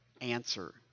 answer